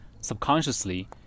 subconsciously